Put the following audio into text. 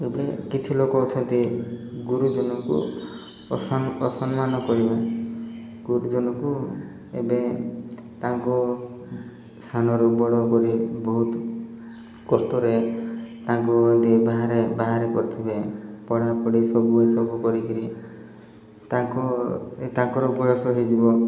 ଏବେ କିଛି ଲୋକ ଅଛନ୍ତି ଗୁରୁଜନଙ୍କୁ ଅସମ୍ମାନ କରିବା ଗୁରୁଜନକୁ ଏବେ ତାଙ୍କ ସାନରୁ ବଡ଼ କରି ବହୁତ କଷ୍ଟରେ ତାଙ୍କୁ ଏମିତି ବାହାରେ ବାହାରେ କରୁଥିବେ ପଢ଼ା ପଢ଼ି ସବୁ ଏସବୁ କରିକି ତାଙ୍କ ତାଙ୍କର ବୟସ ହେଇଯିବ